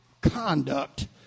conduct